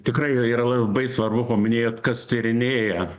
tikrai yra labai svarbu paminėjot kas tyrinėja